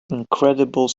incredible